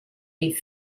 est